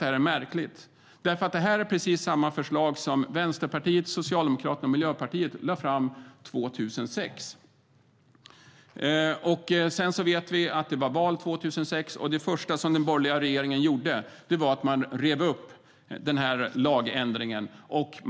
Det är märkligt. Det här är precis samma förslag som Vänsterpartiet, Socialdemokraterna och Miljöpartiet lade fram 2006. Det var ju val 2006, och det första som den borgerliga regeringen gjorde var att riva upp lagändringen.